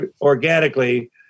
organically